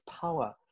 power